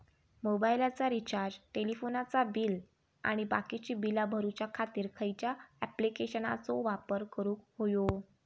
मोबाईलाचा रिचार्ज टेलिफोनाचा बिल आणि बाकीची बिला भरूच्या खातीर खयच्या ॲप्लिकेशनाचो वापर करूक होयो?